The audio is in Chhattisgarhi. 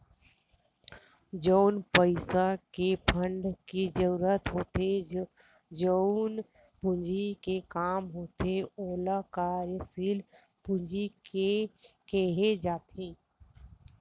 जउन पइसा के फंड के जरुरत होथे जउन पूंजी के काम होथे ओला कार्यसील पूंजी केहे जाथे